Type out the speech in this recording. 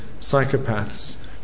psychopaths